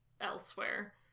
elsewhere